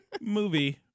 movie